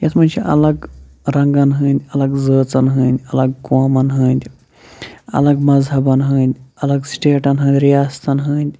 یَتھ منٛز چھِ الگ رَنٛگَن ہٕنٛدۍ الگ زٲژَن ہٕنٛدۍ الگ قومَن ہٕنٛدۍ الگ مذہَبَن ہٕنٛدۍ الگ سٹیٹَن ہٕنٛدۍ رِیاستَن ہٕنٛدۍ